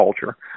culture